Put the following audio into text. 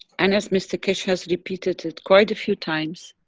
and as mr keshe has repeated it quite a few times,